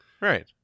Right